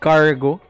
Cargo